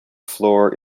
floor